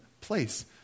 place